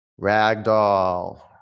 Ragdoll